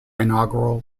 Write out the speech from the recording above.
inaugural